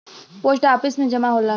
post office में जमा होला